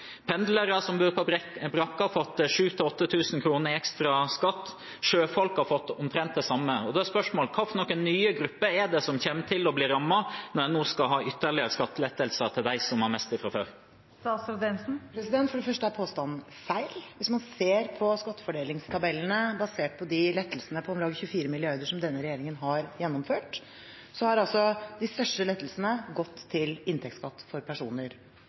Pendlere som bor på brakke, har fått 7 000–8 000 kr i ekstra skatt. Sjøfolk har fått omtrent det samme. Da er spørsmålet: Hvilke nye grupper er det som kommer til å bli rammet når en nå skal ha ytterligere skattelettelser til dem som har mest fra før? For det første er påstanden feil. Hvis man ser på skattefordelingstabellene basert på de lettelsene på om lag 24 mrd. kr som denne regjeringen har gjennomført, har de største lettelsene gått til inntektsskatt for personer.